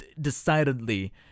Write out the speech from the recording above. decidedly